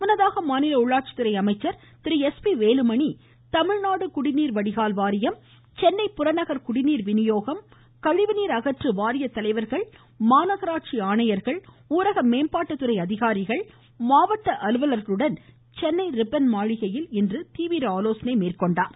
முன்னதாக மாநில உள்ளாட்சி துறை அமைச்சர் திரு எஸ் பி வேலுமணி தமிழ்நாடு குடிநீர் வடிகால் வாரியம் சென்னை புறநகர் குடிநீர் விநியோகம் கழிவுநீர் அகற்று வாரியத்தலைவர்கள் மாநகராட்சி ஆணையர்கள் ஊரக மேம்பாட்டு துறை அதிகாரிகள் மாவட்ட அலுவர்களுடன் சென்னை ரிப்பன் மாளிகையில் இன்று தீவிர ஆலோசனை மேற்கோண்டார்